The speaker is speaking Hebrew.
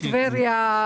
טבריה,